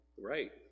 Right